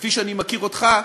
כפי שאני מכיר אותך,